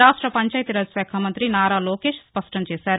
రాష్ట పంచాయితీ శాఖ మంతి నారా లోకేష్ స్పష్టం చేశారు